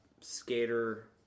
Skater